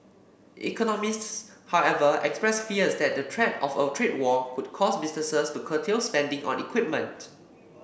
economists however expressed fears that the threat of a trade war could cause businesses to curtail spending on equipment